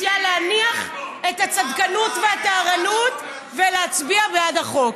אבל אני מציעה להניח את הצדקנות והטהרנות ולהצביע בעד החוק.